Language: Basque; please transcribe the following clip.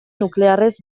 nuklearrez